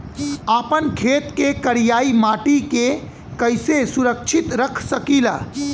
आपन खेत के करियाई माटी के कइसे सुरक्षित रख सकी ला?